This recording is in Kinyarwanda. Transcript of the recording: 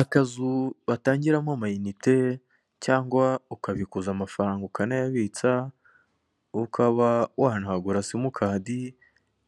Akazu batangiramo ama inite cyangwa ukabikuza amafaranga ukanayabitsa ukaba wanahagura simukadi